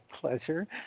pleasure